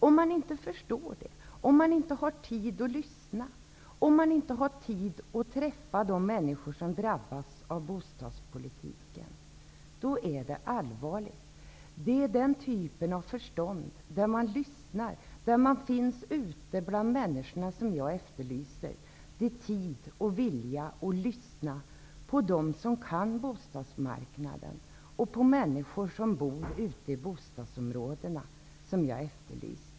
Om man inte förstår det, om man inte har tid att lyssna, om man inte har tid att träffa de människor som drabbas av bostadspolitiken är det allvarligt. Det är den typen av förstånd jag efterlyser: att man lyssnar och att man är ute bland människorna. Jag efterlyser tid och vilja att lyssna på dem som kan bostadsmarknaden och på människor som bor i bostadsområdena.